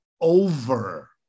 over